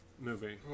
movie